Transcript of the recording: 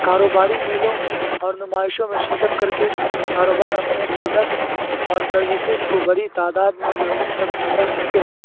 کاروباری میلوں اور نمائشوں میں شرکت کر کے کاروبار اپنے پروڈکٹس اور سروسز کو بڑی تعداد میں لوگوں تک پہنچا سکتے ہیں